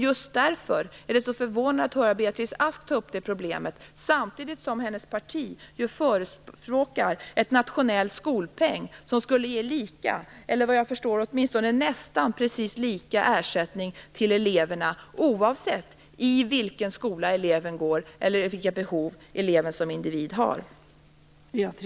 Just därför är det så förvånande att höra Beatrice Ask ta upp detta problem samtidigt som hennes parti ju förespråkar en nationell skolpeng som skulle ge lika, eller vad jag förstår åtminstone nästan precis lika, ersättning till eleverna oavsett i vilken skola eleven går eller vilka behov eleven som individ har.